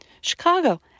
Chicago